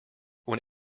when